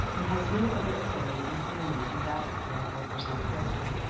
and has no other authority in the family than that acquired by personal character.